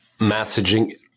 messaging